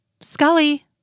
Scully